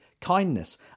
kindness